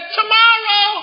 tomorrow